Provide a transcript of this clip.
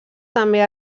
també